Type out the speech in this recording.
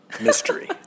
Mystery